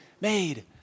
made